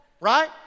right